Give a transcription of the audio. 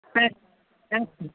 अ